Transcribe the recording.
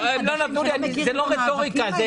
זאת לא רטוריקה.